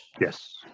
Yes